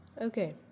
okay